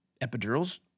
epidurals